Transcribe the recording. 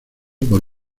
por